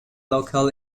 local